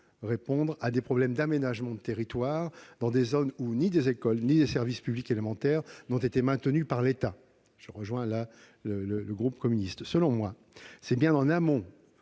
répondre seuls à des problèmes relevant de l'aménagement du territoire dans des zones où ni des écoles ni des services publics élémentaires n'ont été maintenus par l'État- je rejoins sur ce point le groupe CRCE. Selon moi, c'est bien en amont,